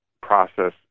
process